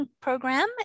program